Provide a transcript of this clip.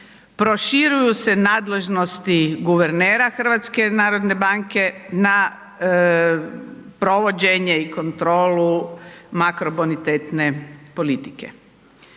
proširuju se nadležnosti guvernera HNB-a na provođenje i kontrolu makrobonitetne politike.